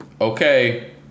okay